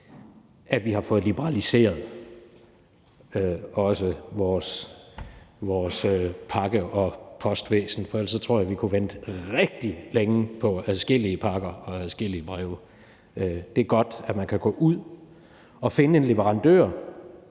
også har fået liberaliseret vores pakke- og postvæsen, for ellers tror jeg, vi kunne vente rigtig længe på adskillige pakker og breve. Det er godt, at man kan gå ud og finde en leverandør,